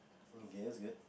okay that's good